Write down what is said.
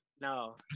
No